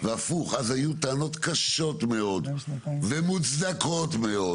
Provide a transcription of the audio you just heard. והפוך אז היו טענות קשות מאוד ומוצדקות מאוד